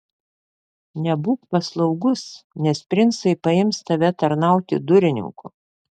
nebūk paslaugus nes princai paims tave tarnauti durininku